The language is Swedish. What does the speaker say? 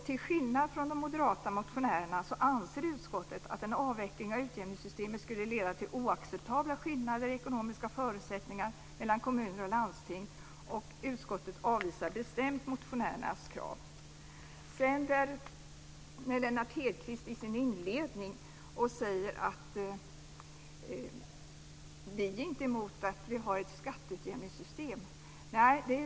Till skillnad från de moderata motionärerna anser utskottet att en avveckling av utjämningssystemet skulle leda till oacceptabla skillnader i ekonomiska förutsättningar mellan kommuner och landsting, och utskottet avvisar bestämt motionärernas krav. Sedan säger Lennart Hedquist i sin inledning: Vi är inte emot att vi har ett skatteutjämningssystem.